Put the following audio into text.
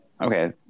Okay